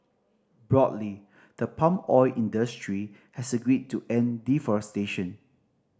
broadly the palm oil industry has agreed to end deforestation